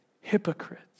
hypocrites